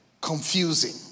confusing